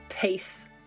peace